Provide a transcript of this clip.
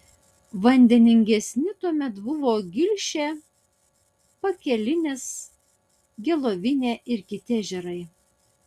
vandeningesni tuomet buvo gilšė pakelinis gelovinė ir kiti ežerai